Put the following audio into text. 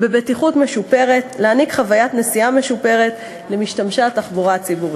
ובטיחות משופרת ולהעניק חוויית נסיעה משופרת למשתמשי התחבורה הציבורית.